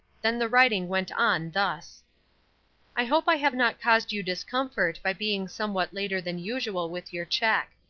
then the writing went on thus i hope i have not caused you discomfort by being somewhat later than usual with your check.